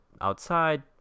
outside